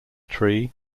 tree